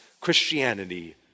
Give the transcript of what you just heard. Christianity